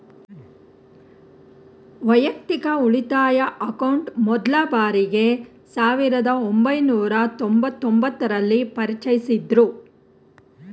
ವೈಯಕ್ತಿಕ ಉಳಿತಾಯ ಅಕೌಂಟ್ ಮೊದ್ಲ ಬಾರಿಗೆ ಸಾವಿರದ ಒಂಬೈನೂರ ತೊಂಬತ್ತು ಒಂಬತ್ತು ರಲ್ಲಿ ಪರಿಚಯಿಸಿದ್ದ್ರು